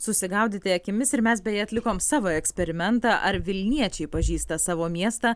susigaudyti akimis ir mes beje atlikom savo eksperimentą ar vilniečiai pažįsta savo miestą